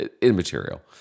immaterial